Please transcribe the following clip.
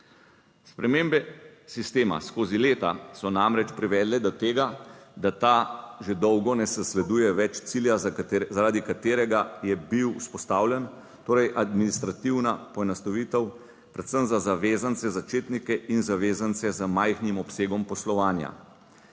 Spremembe sistema skozi leta so namreč privedle do tega, da ta že dolgo ne zasleduje več cilja zaradi katerega je bil vzpostavljen, torej administrativna poenostavitev, predvsem za zavezance začetnike in zavezance z majhnim obsegom poslovanja,